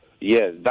Yes